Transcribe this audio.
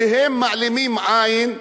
שהם מעלימים עין,